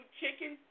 chicken